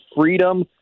freedom